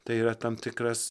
tai yra tam tikras